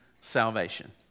salvation